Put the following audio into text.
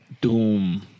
Doom